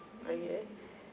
okay